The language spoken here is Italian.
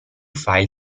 file